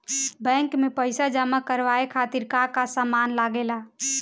Bank में पईसा जमा करवाये खातिर का का सामान लगेला?